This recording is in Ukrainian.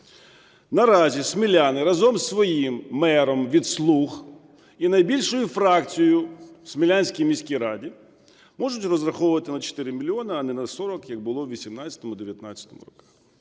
Наразі сміляни разом із своїм мером від "слуг" і найбільшою фракцією в Смілянській міській раді можуть розраховувати на 4 мільйони, а не на 40, як було у 2018-2019 роках.